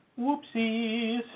Whoopsies